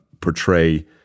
portray